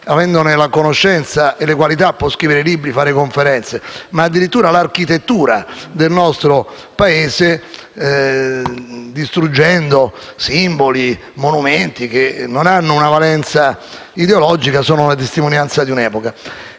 avendo le conoscenze e le qualità, può scrivere libri e fare conferenze), ma addirittura l'architettura del nostro Paese, distruggendo simboli e monumenti che non hanno una valenza ideologica ma sono la testimonianza di un'epoca.